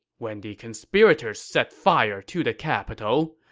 when the conspirators set fire to the capital,